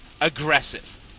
aggressive